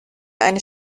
eine